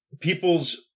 people's